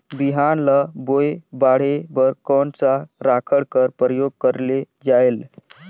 बिहान ल बोये बाढे बर कोन सा राखड कर प्रयोग करले जायेल?